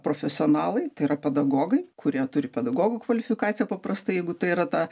profesionalai tai yra pedagogai kurie turi pedagogo kvalifikaciją paprastai jeigu tai yra ta